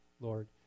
Lord